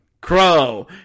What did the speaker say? crow